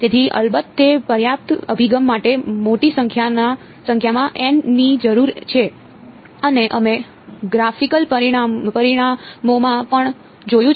તેથી અલબત્ત તે પર્યાપ્ત અભિગમ માટે મોટી સંખ્યામાં Nની જરૂર છે અને અમે ગ્રાફિકલ પરિણામોમાં પણ જોયું છે